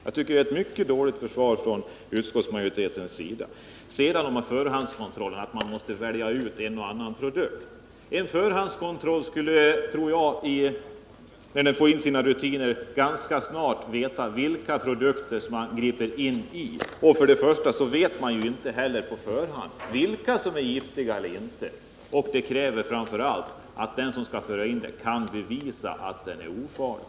Jag tycker att utskottsmajoritetens försvar är mycket dåligt. Beträffande förhandskontrollen säger Kerstin Anér att man måste välja ut en och annan produkt. Jag tror att en förhandskontroll, när den får in sina rutiner, mycket snart vet vilka produkter den behöver ingripa mot. Dessutom vet man inte på förhand vilka varor som är farliga och vilka som inte är det. Därför krävs det framför allt att den som vill föra in en produkt skall bevisa att den är ofarlig.